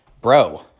bro